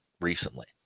recently